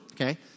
Okay